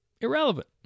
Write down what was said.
irrelevant